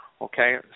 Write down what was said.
Okay